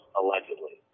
allegedly